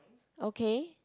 okay